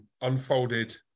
unfolded